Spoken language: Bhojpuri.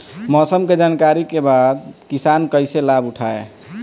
मौसम के जानकरी के बाद किसान कैसे लाभ उठाएं?